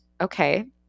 okay